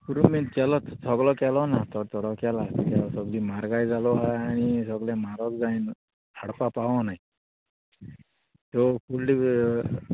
पुरूमेंत बीन केलो सगलो केलो ना थोडो थोडो केला सगळी म्हारगाय जालो आहा आनी सगले म्हारग जायन हाडपा पावो नाय त्यो फुडली